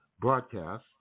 broadcast